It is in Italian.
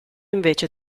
invece